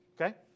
okay